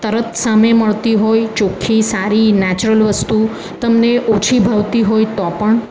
તરત સામે મળતી હોય ચોખ્ખી સારી નેચરલ વસ્તુ તમને ઓછી ભાવતી હોય તો પણ